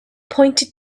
pointed